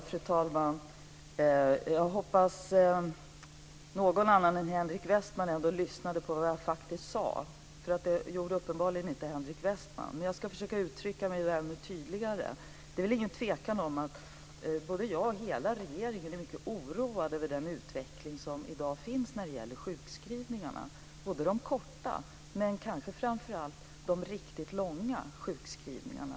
Fru talman! Jag hoppas att någon annan än Henrik Westman lyssnade på vad jag faktiskt sade, för det gjorde uppenbarligen inte Henrik Westman. Men jag ska försöka att uttrycka mig ännu tydligare. Det är väl ingen tvekan om att både jag och hela regeringen är mycket oroade över utvecklingen i dag när det gäller sjukskrivningarna. Det gäller de korta sjukskrivningarna, men kanske framför allt de riktigt långa sjukskrivningarna.